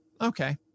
Okay